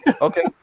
Okay